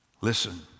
Listen